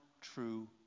true